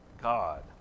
God